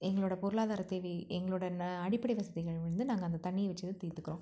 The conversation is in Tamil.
எங்களோடய பொருளாதாரத் தேவை எங்களோடய ந அடிப்படை வசதிகளை வந்து நாங்கள் அந்தத் தண்ணியை வச்சு தான் தீர்த்துக்கறோம்